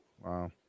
wow